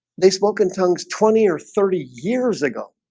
they spoke in tongues twenty or thirty years ago.